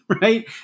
right